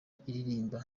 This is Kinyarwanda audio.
iririmba